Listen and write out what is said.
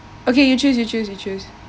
okay you choose you choose you choose